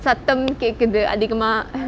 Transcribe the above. சத்தம் கேக்குது அதிகமா:satham kekuthu athigamaa